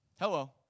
Hello